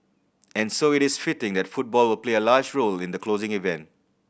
and so it is fitting that football will play a large role in the closing event